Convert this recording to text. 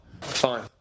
fine